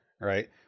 right